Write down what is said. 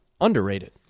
underrated